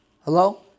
hello